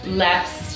left